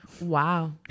Wow